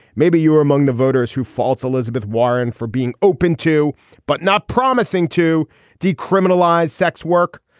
maybe you are among the voters who faults elizabeth warren for being open to but not promising to decriminalize sex work.